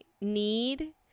need